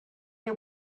you